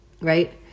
right